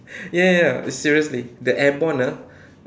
ya ya ya seriously the airborne ah